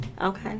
Okay